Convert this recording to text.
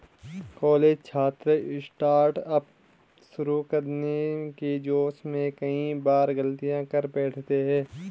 college छात्र startup शुरू करने के जोश में कई बार गलतियां कर बैठते हैं